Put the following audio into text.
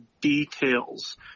details